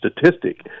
statistic